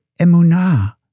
emunah